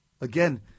again